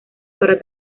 para